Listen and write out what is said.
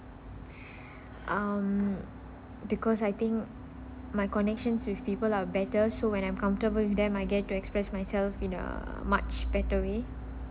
um because I think my connections with people are better so when I'm comfortable with them I get to express myself in a much better way